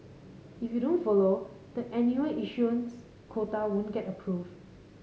if you don't follow the annual issuance quota won't get approved